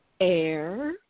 air